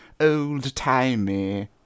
old-timey